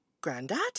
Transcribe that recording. Grandad